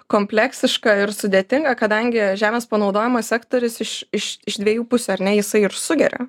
kompleksiška ir sudėtinga kadangi žemės panaudojimo sektorius iš dviejų pusių ar ne jisai ir sugeria